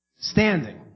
Standing